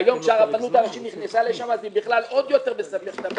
והיום כשהרבנות הראשית נכנסה לשם אז זה בכלל עוד יותר מסבך את המצב.